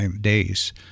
days